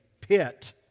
pit